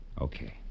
Okay